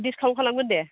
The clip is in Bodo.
डिसकाउन्ट खालामगोन दे